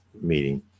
meeting